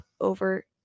over